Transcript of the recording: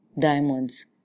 diamonds